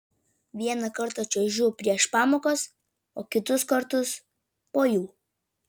vieną kartą čiuožiu prieš pamokas o kitus kartus po jų